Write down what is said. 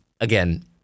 again